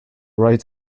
rights